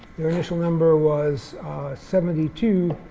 their initial number was seventy two